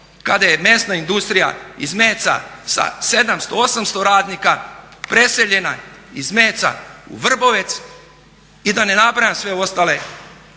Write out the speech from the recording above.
kada je mesna industrija iz Meca sa 700, 800 radnika preseljena iz Meca u Vrbovec i da ne nabrajam sve ostale